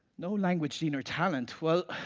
no language gene or talent, well,